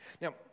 Now